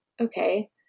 Okay